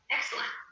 Excellent